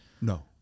no